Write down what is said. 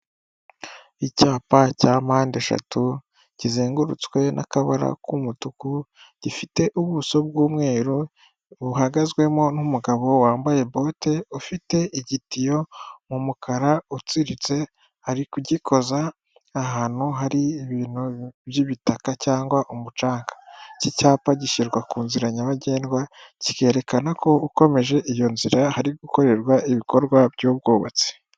Icyapa cya mpande eshatu, kizengurutswe n'akabara k'umutuku, gifite ubuso bw'umweru buhagazwemo n'umugabo wambaye bote, ufite igitiyo mu mukara utsiritse, ari kugikoza ahantu hari ibintu by'ibitaka cyangwa umucanga. Iki cyapa gishyirwa ku nzira nyabagendwa, kikerekana ko ukomeje iyo nzira hari gukorerwa ibikorwa by'ubwubatsi.